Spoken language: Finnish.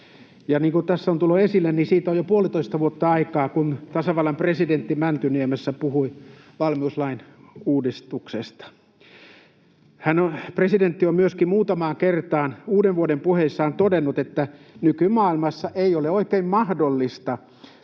kuin tässä on tullut esille, siitä on jo puolitoista vuotta aikaa, kun tasavallan presidentti Mäntyniemessä puhui valmiuslain uudistuksesta. Presidentti on myöskin muutamaan kertaan uudenvuodenpuheissaan todennut, että nykymaailmassa ei ole oikein mahdollista